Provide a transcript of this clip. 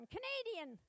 Canadian